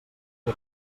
què